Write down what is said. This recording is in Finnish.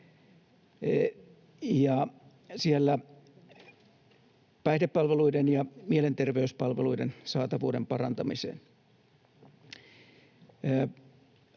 ja siellä päihdepalveluiden ja mielenterveyspalveluiden saatavuuden parantamiseen.